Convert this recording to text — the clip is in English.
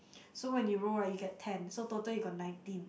so when you roll right you get ten so total you got nineteen